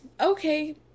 Okay